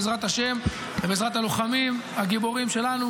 בעזרת השם ובעזרת הלוחמים הגיבורים שלנו,